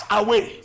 away